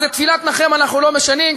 אז את תפילת "נחם" אנחנו לא משנים,